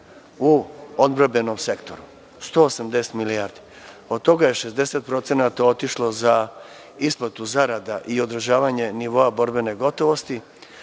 u odbrambenom sektoru, 180 milijardi. Od toga je 60% otišlo za isplatu zarada i održavanje nivoa borbene gotovosti,